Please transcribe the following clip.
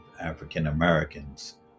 African-Americans